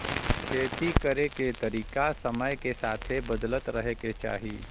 खेती करे के तरीका समय के साथे बदलत रहे के चाही